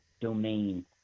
domain